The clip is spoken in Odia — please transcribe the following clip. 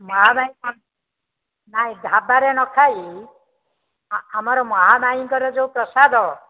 ମହାମାୟୀ ପାଇଁ କ'ଣ ନାଇଁ ଢାବାରେ ନ ଖାଇ ଆମର ମହାମାୟୀଙ୍କର ଯୋଉ ପ୍ରସାଦ